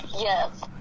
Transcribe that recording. Yes